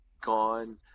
gone